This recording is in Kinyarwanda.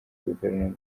guverinoma